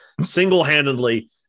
single-handedly